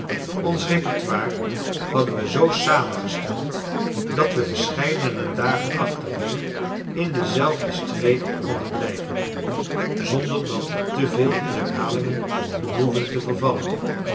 ons répertoire hadden we z samengesteld dat we verscheidene dagen achtereen in dezelfde streek konden blijven zonder dat we te veel in herhalingen behoefden te vervallen